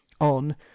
On